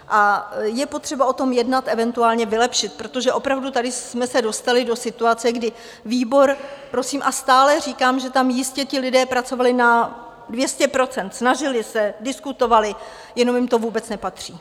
A je potřeba o tom jednat, eventuálně vylepšit, protože opravdu tady jsme se dostali do situace, kdy výbor, prosím a stále říkám, že tam jistě ti lidé pracovali na 200 %, snažili se, diskutovali, jenom jim to vůbec nepatří.